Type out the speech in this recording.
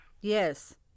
Yes